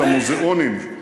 המוזיאונים,